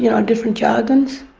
you know, different jargons.